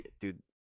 Dude